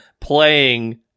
playing